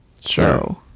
Sure